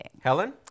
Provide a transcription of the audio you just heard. Helen